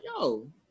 yo –